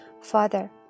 father